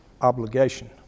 obligation